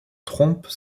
trompes